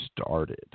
started